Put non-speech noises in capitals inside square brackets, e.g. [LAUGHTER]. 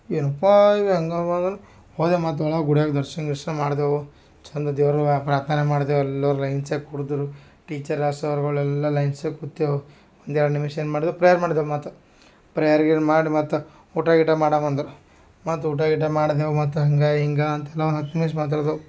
ಏನಪ್ಪಾ ಇದು ಹೆಂಗೆ ಅವು [UNINTELLIGIBLE] ಹೋದೆವು ಮತ್ತು ಒಳಾಗೆ ಗುಡಿಯಾಗ್ ದರ್ಶನ ಗಿರ್ಶನ ಮಾಡ್ದೇವು ಚಂದ ದೇವರು ನೋಡಿ ಪ್ರಾರ್ಥನೆ ಮಾಡ್ದೇವು ಎಲ್ಲರು ಲೈಂಚೆಕ್ ಕೂಡ್ದುರು ಟೀಚರ ಸರ್ಗಳೆಲ್ಲ ಲೈನ್ಸೇ ಕೂತ್ತೇವ್ ಒಂದು ಎರಡು ನಿಮಿಷ ಏನು ಮಾಡ್ದೇವು ಪ್ರೇಯರ್ ಮಾಡ್ದೇವು ಮತ್ತು ಪ್ರೆಯರ್ ಗೀಯರ್ ಮಾಡಿ ಮತ್ತು ಊಟ ಗೀಟ ಮಾಡೋಮ್ ಅಂದ್ರೆ ಮತ್ತು ಊಟ ಗೀಟ ಮಾಡ್ದೇವು ಮತ್ತು ಹಂಗೆ ಹಿಂಗೆ ಅಂತ ಏನೋ ಹತ್ತು ನಿಮಿಷ ಮಾತಾಡ್ದೆವು